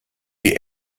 die